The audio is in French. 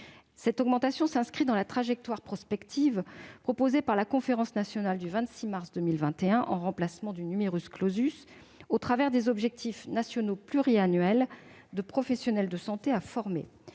Cette augmentation s'inscrit dans la trajectoire prospective proposée par la conférence nationale du 26 mars 2021 en remplacement du, au travers des objectifs nationaux pluriannuels de professionnels de santé à former.